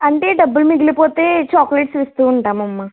అంటే డబ్బులు మిగిలిపోతే చాక్లెట్స్ ఇస్తు ఉంటాం అమ్మ